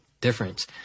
difference